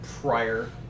prior